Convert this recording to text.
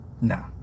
Nah